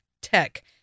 Tech